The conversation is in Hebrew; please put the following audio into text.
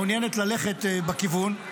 מעוניינת ללכת בכיוון,